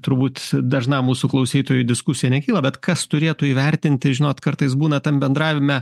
turbūt dažnam mūsų klausytojui diskusija nekyla bet kas turėtų įvertinti žinot kartais būna tam bendravime